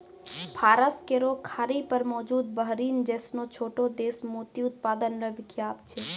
फारस केरो खाड़ी पर मौजूद बहरीन जैसनो छोटो देश मोती उत्पादन ल विख्यात छै